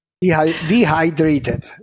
Dehydrated